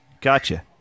Gotcha